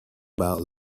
about